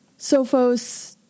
Sophos